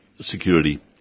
security